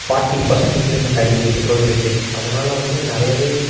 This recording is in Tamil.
ஃபார்ட்டி பர்சண்ட் இன்க்ரீமெண்ட் ஆயிருக்குது பெட்ரோல் ரேட்டு அதனால் வந்து நிறையவே